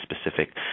specific